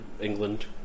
England